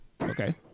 Okay